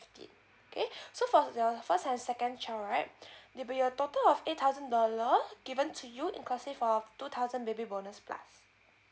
okay so for the first and second child right there will be a total of eight thousand dollar given to you inclusive of two thousand baby bonus plus